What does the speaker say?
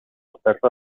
oferta